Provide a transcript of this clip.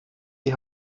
die